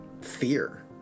fear